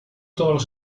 todos